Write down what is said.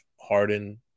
harden